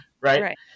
Right